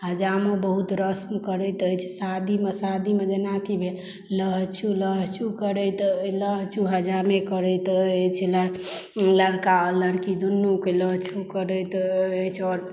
हजामो बहुत रस्म करैत अछि शादी मे शादी मे जेनाकि भेल लहछु लहछु हजामे करैत अछि लड़का लड़की दुनू के लहछु कऽ दैत अछि आओर